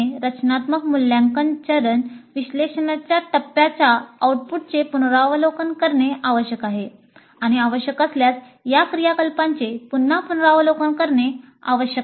रचनात्मक मूल्यांकन चरण विश्लेषणाच्या टप्प्याच्या आऊटपुटचे पुनरावलोकन करणे आवश्यक आहे आणि आवश्यक असल्यास या क्रियाकलापांचे पुन्हा पुनरावलोकन करणे आवश्यक आहे